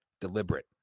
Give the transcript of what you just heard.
Deliberate